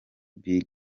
big